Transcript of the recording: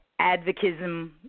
advocism